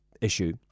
issue